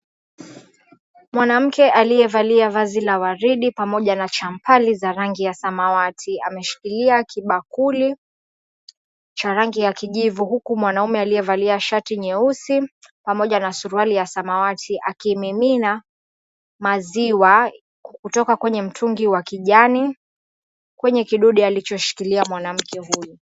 Mwanamke aliyevalia vazi la waridi pamoja na champali za rangi ya samawati ameshikilia kibakuli cha rangi ya kijivu huku mwanaume aliyevalia shati nyeusi pamoja na suruali ya samawati akimimina maziwa kutoka kwenye mtungi wa kijani kwenye kidude alichoshikilia mwanamke huyu.